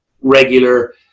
regular